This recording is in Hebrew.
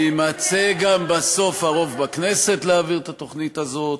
ויימצא גם בסוף הרוב בכנסת להעביר את התוכנית הזאת,